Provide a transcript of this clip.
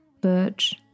birch